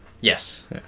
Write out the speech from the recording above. Yes